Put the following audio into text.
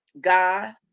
God